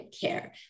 care